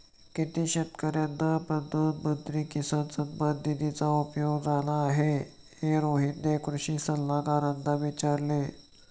किती शेतकर्यांना प्रधानमंत्री किसान सन्मान निधीचा उपयोग झाला आहे, हे रोहितने कृषी सल्लागारांना विचारले